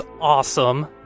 awesome